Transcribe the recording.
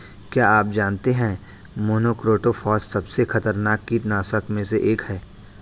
क्या आप जानते है मोनोक्रोटोफॉस सबसे खतरनाक कीटनाशक में से एक है?